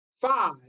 five